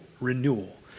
renewal